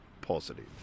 positive